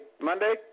Monday